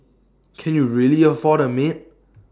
can you really afford A maid